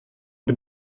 bin